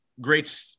great